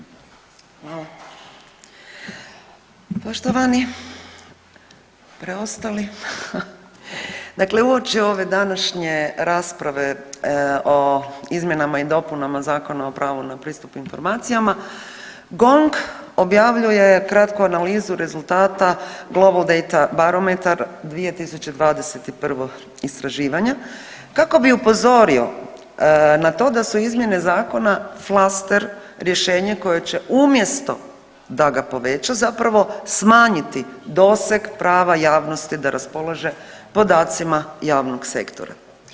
Poštovani preostali, dakle uoči ove današnje rasprave o izmjenama i dopunama Zakona o pravu na pristup informacijama GONG objavljuje kratku analizu rezultata Globl Date-a Barometar 2021. istraživanje kako bi upozorio na to da su izmjene zakona flaster rješenje koje će umjesto da ga poveća zapravo smanjiti doseg prava javnosti da raspolaže podacima javnog sektora.